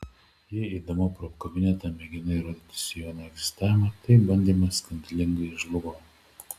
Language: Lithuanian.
jei eidama pro kabinetą mėginai įrodyti sijono egzistavimą tai bandymas skandalingai žlugo